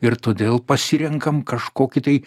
ir todėl pasirenkam kažkokį tai